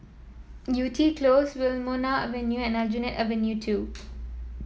Yew Tee Close Wilmonar Avenue and Aljunied Avenue Two